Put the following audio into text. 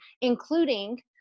including